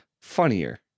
funnier